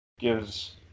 Gives